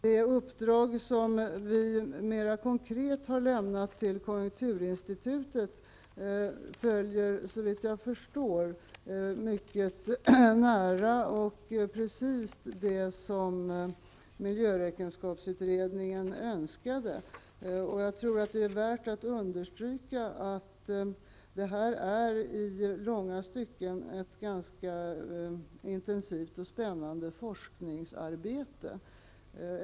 Det uppdrag som vi mer konkret har lämnat till Konjunkturinstitutet följer såvitt jag förstår mycket nära och precist vad miljöräkenskapsutredningen önskade. Jag tror att det är värt att understryka att det här i långa stycken är ett mycket intensivt och spännande forskningsarbete.